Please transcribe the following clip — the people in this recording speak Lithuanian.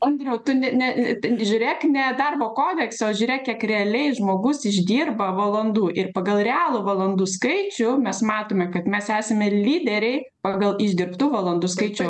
andriau tu ne ne ten žiūrėk ne darbo kodekse o žiūrėk kiek realiai žmogus išdirba valandų ir pagal realų valandų skaičių mes matome kad mes esame lyderiai pagal išdirbtų valandų skaičių